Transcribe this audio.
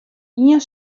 ien